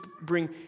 bring